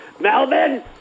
Melvin